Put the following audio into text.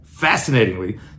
Fascinatingly